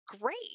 great